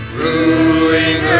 ruling